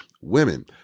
women